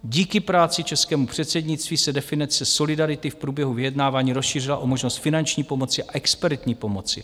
Díky práci českého předsednictví se definice solidarity v průběhu vyjednávání rozšířila o možnost finanční pomoci a expertní pomoci.